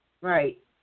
Right